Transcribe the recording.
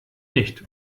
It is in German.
nicht